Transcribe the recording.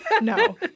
No